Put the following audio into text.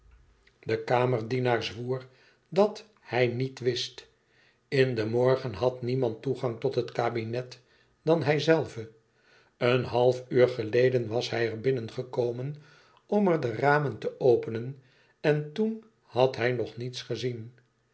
de kamerdienaar zwoer dat hij niet wist in den morgen had niemand toegang tot het kabinet dan hijzelve een half uur geleden was hij er binnengekomen om er de ramen te openen en toen had hij nog niets gezien